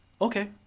okay